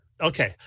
Okay